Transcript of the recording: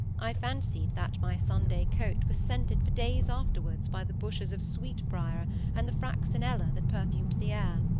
i fancied that my sunday coat was scented for days afterwards by the bushes of sweetbriar and the fraxinella that perfumed the air.